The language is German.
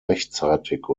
rechtzeitig